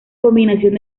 combinación